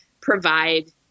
provide